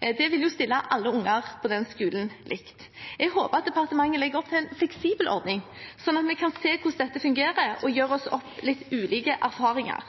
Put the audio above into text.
Det vil stille alle barn på den skolen likt. Jeg håper at departementet legger opp til en fleksibel ordning, slik at vi kan se hvordan dette fungerer og gjøre oss litt ulike erfaringer.